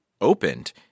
opened